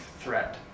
threat